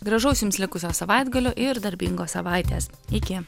gražaus jums likusio savaitgalio ir darbingos savaitės iki